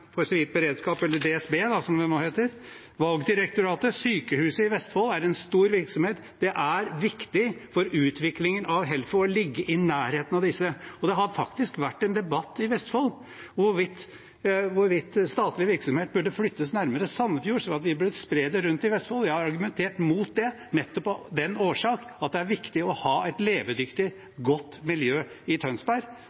samfunnssikkerhet og beredskap, DSB, Valgdirektoratet, Sykehuset i Vestfold, som er en stor virksomhet. Det er viktig for utviklingen av Helfo å ligge i nærheten av disse. Det har faktisk vært en debatt i Vestfold om hvorvidt statlig virksomhet burde flyttes nærmere Sandefjord, slik at det ble spredd i Vestfold. Jeg har argumentert mot det nettopp av den årsak at det er viktig å ha et